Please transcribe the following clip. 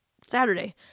Saturday